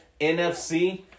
NFC